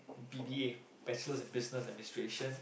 B B A Bachelors in Business Administration